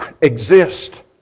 exist